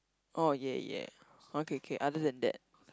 oh ya ya orh K K other than that